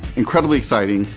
incredibly exciting,